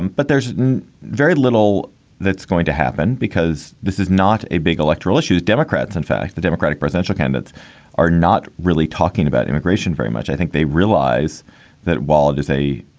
but there's very little that's going to happen because this is not a big electoral issue. democrats, in fact, the democratic presidential candidates are not really talking about immigration very much. i think they realize that while it is a